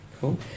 cool